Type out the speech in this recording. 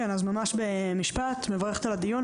אני מברכת על הדיון.